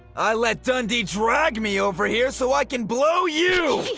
i let dundee drag me over here so i can blow you!